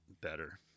better